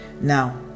Now